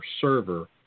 server